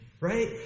right